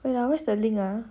wait ah where's the link ah